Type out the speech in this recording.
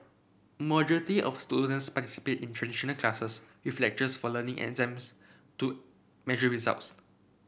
majority of students participate in traditional classes with lectures for learning exams to measure results